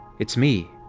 it's me,